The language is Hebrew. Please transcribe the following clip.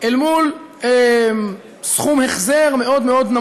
כנגד סכום החזר מאוד מאוד,